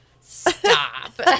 Stop